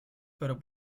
pero